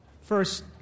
First